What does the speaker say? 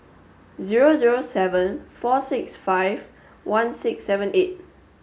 zero zero seven four six five one six seven eight